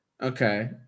Okay